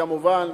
כמובן,